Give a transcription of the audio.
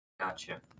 Gotcha